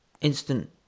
instant